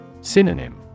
Synonym